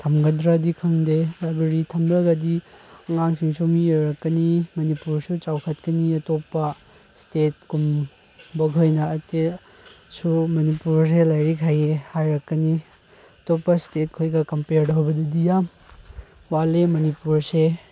ꯊꯝꯒꯗ꯭ꯔꯥꯗꯤ ꯈꯪꯗꯦ ꯂꯥꯏꯕ꯭ꯔꯦꯔꯤ ꯊꯝꯂꯒꯗꯤ ꯑꯉꯥꯡꯁꯤꯡꯁꯨ ꯃꯤ ꯑꯣꯏꯔꯛꯀꯅꯤ ꯃꯅꯤꯄꯨꯔꯁꯨ ꯆꯥꯎꯈꯠꯀꯅꯤ ꯑꯇꯣꯞꯄ ꯏꯁꯇꯦꯠꯀꯨꯝꯕ ꯈꯣꯏꯅ ꯃꯅꯤꯄꯨꯔꯁꯦ ꯂꯥꯏꯔꯤꯛ ꯍꯩ ꯍꯥꯏꯔꯛꯀꯅꯤ ꯑꯇꯣꯞꯄ ꯏꯁꯇꯦꯠ ꯈꯣꯏꯒ ꯀꯝꯄꯦꯌꯔ ꯇꯧꯕꯗꯗꯤ ꯌꯥꯝ ꯋꯥꯠꯂꯦ ꯃꯅꯤꯄꯨꯔꯁꯦ